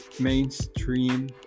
mainstream